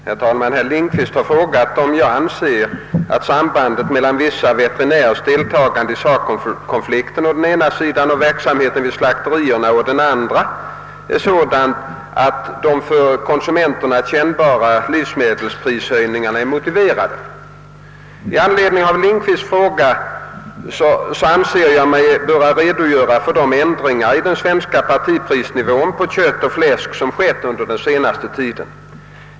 Herr talman! Herr Lindqvist har frågat om jag anser att sambandet mellan vissa veterinärers deltagande i SACO konflikten å ena sidan och verksamheten vid slakterierna å den andra är sådant, att de för konsumenterna kännbara livsmedelshöjningarna är motiverade. I anledning av herr Lindqvists fråga anser jag mig böra redogöra för de ändringar i den svenska partiprisnivån på kött och fläsk som företagits under den senaste tiden.